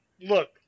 look